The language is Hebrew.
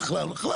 בחוק